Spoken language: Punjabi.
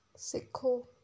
ਸਿੱਖੋ